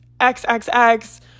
XXX